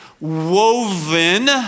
woven